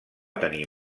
tenir